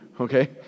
okay